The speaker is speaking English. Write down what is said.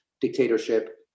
dictatorship